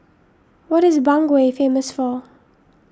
what is Bangui famous for